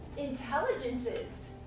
intelligences